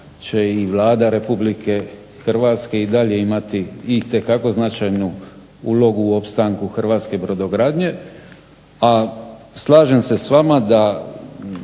će i Vlada RH i dalje imati itekako značajnu ulogu u opstanku hrvatske brodogradnje. A slažem se s vama da